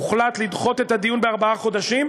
הוחלט לדחות את הדיון בארבעה חודשים.